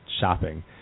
shopping